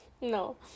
No